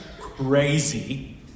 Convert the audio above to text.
crazy